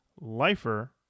Lifer